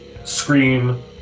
scream